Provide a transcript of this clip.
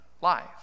life